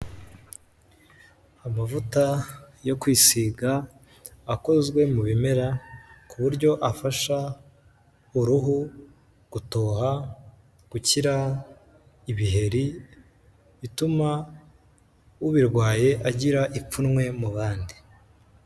Amavuta yo kwisiga akozwe mu bimera, ku buryo afasha uruhu gutoha, gukira ibiheri, bituma ubirwaye agira ipfunwe mu bandi.